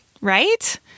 right